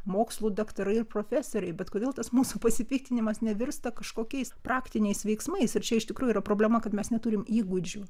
mokslų daktarai ir profesoriai bet kodėl tas mūsų pasipiktinimas nevirsta kažkokiais praktiniais veiksmais ir čia iš tikrųjų yra problema kad mes neturim įgūdžių